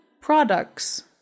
products